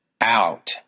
out